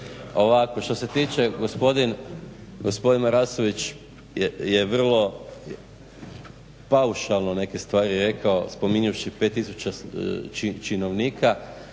što se tiče gospodin Marasović je vrlo paušalno neke stvari rekao spomenuvši 5 tisuća činovnika